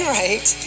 right